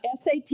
SAT